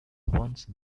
once